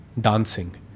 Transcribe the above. dancing